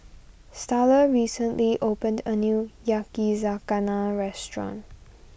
Starla recently opened a new Yakizakana restaurant